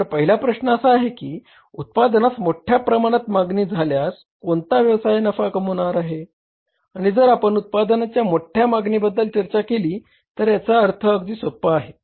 तर पहिला प्रश्न असा आहे की उत्पादनास मोठ्या प्रमाणात मागणी झाल्यास कोणता व्यवसाय नफा कमावणार आहे आणि जर आपण उत्पादनांच्या मोठ्या मागणीबद्दल चर्चा केली तर याचा अर्थ प्रश्न अगदी सोपा आहे